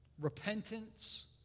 repentance